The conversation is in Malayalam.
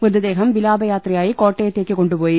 മൃതദേഹം വിലാ പയാത്രയായി കോട്ടയത്തേക്ക് കൊണ്ടുപോയി